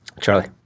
Charlie